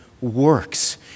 works